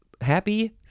happy